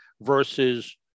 versus